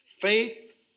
Faith